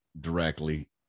directly